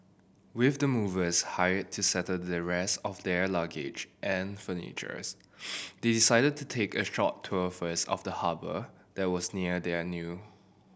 with the movers hired to settle the rest of their luggage and furniture's they decided to take a short tour first of the harbour that was near their new